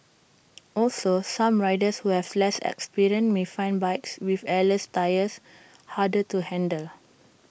also some riders who have less experience may find bikes with airless tyres harder to handle